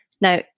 Now